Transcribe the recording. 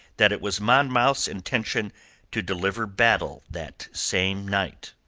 that it was monmouth's intention to deliver battle that same night.